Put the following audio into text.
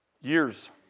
years